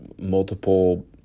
multiple